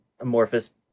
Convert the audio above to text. amorphous